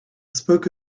spoke